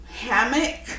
Hammock